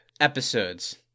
episodes